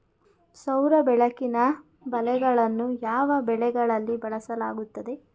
ಸೌರ ಬೆಳಕಿನ ಬಲೆಗಳನ್ನು ಯಾವ ಬೆಳೆಗಳಲ್ಲಿ ಬಳಸಲಾಗುತ್ತದೆ?